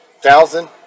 thousand